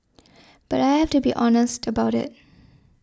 but I have to be honest about it